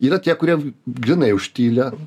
yra tie kurie grynai už tylią